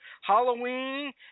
Halloween